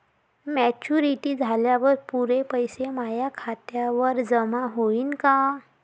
Maturity झाल्यावर पुरे पैसे माया खात्यावर जमा होईन का?